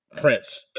prince